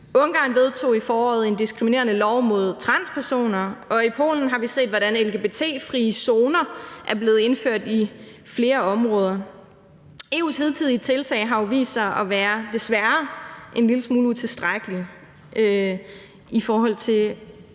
Ungarn vedtog i foråret en diskriminerende lov mod transpersoner, og i Polen har vi set, hvordan lgbt-fri zoner er blevet indført i flere områder. EU's hidtidige tiltag har jo vist sig at være, desværre, en lille smule utilstrækkelige i forhold til